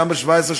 בכנסת השבע-עשרה,